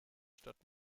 statt